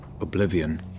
oblivion